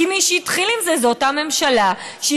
כי מי שהתחיל עם זה זו אותה ממשלה שהקימה